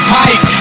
pipe